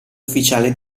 ufficiale